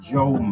Joe